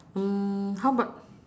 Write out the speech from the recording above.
mm how about